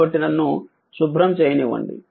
కాబట్టి నన్ను శుభ్రం చేయనివ్వండి